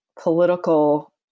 political